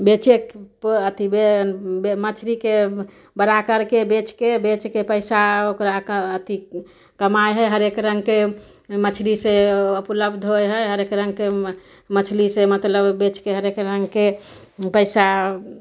बेचै अथी मछरीके बड़ा करके बेचके बेचके पैसा ओकराके अथी कमाइ है हरेक रङ्गके मछरी से उपलब्ध होइ है हरेक रङ्गके मछली से मतलब बेचके हरेक रङ्गके पैसा